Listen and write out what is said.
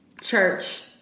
Church